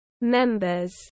members